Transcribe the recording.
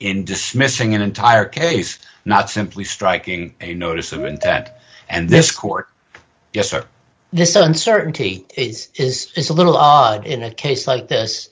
in dismissing an entire case not simply striking a notice or and that and this court yes or this uncertainty is is is a little odd in a case like this